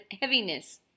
heaviness